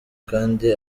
kandi